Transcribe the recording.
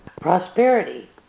prosperity